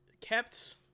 kept